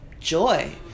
joy